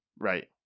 Right